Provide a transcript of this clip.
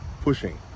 pushing